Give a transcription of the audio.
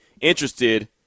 Interested